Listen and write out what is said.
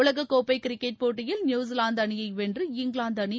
உலகக்கோப்பை கிரிக்கெட் போட்டியில் நியூசிலாந்து அணியை வென்று இங்கிலாந்து அணி